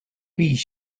please